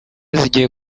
zijyiye